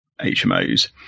HMOs